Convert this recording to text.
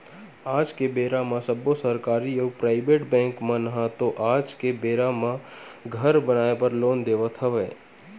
आज के बेरा म सब्बो सरकारी अउ पराइबेट बेंक मन ह तो आज के बेरा म घर बनाए बर लोन देवत हवय